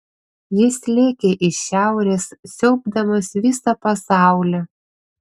jis lėkė iš šiaurės siaubdamas visą pasaulį